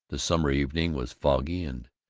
the summer evening was foggy and,